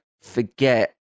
forget